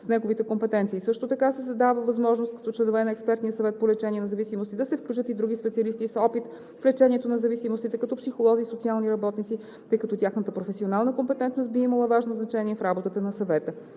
с неговите компетенции. Също така се дава възможност като членове на Експертния съвет по лечение на зависимости да се включат и други специалисти с опит в лечението на зависимости, като психолози и социални работници, тъй като тяхната професионална компетентност би имала важно значение в работата на Съвета.